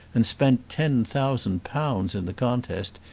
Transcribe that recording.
and spent ten thousand pounds in the contest,